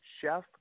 chef